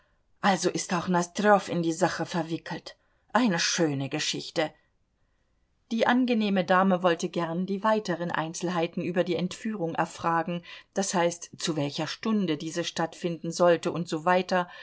also ist auch nosdrjow in die sache verwickelt eine schöne geschichte die angenehme dame wollte gern die weiteren einzelheiten über die entführung erfragen d h zu welcher stunde diese stattfinden sollte und so weiter